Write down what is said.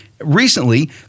recently